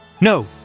No